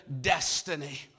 destiny